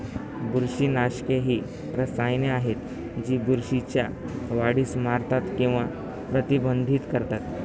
बुरशीनाशके ही रसायने आहेत जी बुरशीच्या वाढीस मारतात किंवा प्रतिबंधित करतात